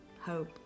hope